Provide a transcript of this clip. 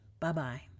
Bye-bye